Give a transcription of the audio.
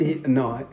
No